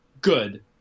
Good